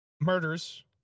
murders